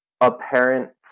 apparent